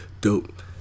Dope